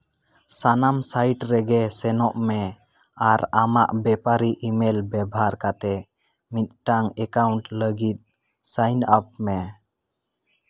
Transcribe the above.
ᱥᱟᱱᱟᱢ ᱥᱟᱭᱤᱴ ᱨᱮᱜᱮ ᱥᱮᱱᱚᱜ ᱢᱮ ᱟᱨ ᱟᱢᱟᱜ ᱵᱮᱯᱟᱨᱤ ᱤᱼᱢᱮᱞ ᱵᱮᱵᱷᱟᱨ ᱠᱟᱛᱮ ᱢᱤᱫᱴᱟᱝ ᱮᱠᱟᱣᱩᱱᱴ ᱞᱟᱹᱜᱤᱫ ᱥᱟᱭᱤᱱ ᱟᱯ ᱢᱮ